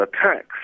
attacks